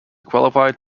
qualified